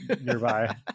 nearby